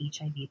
HIV